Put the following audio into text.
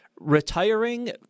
Retiring